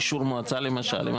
אישור מועצה למשל.